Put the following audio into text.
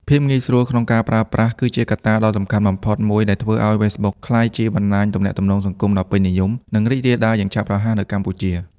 ភាពងាយស្រួលក្នុងការប្រើប្រាស់ គឺជាកត្តាដ៏សំខាន់បំផុតមួយដែលធ្វើឲ្យ Facebook ក្លាយជាបណ្តាញទំនាក់ទំនងសង្គមដ៏ពេញនិយម និងរីករាលដាលយ៉ាងឆាប់រហ័សនៅកម្ពុជា។